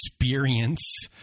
experience